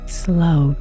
slow